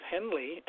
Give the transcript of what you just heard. Henley